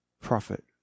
profit